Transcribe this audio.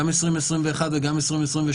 גם 2021 וגם 2022,